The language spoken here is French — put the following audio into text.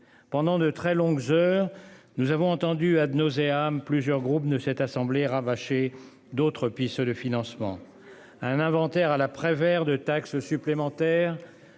Pendant de très longues heures nous avons entendu a de nauséabond. Plusieurs groupes de cette assemblée rabâcher d'autres pistes de financement. À un inventaire à la Prévert de taxes supplémentaires.